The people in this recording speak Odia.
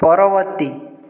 ପରବର୍ତ୍ତୀ